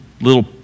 little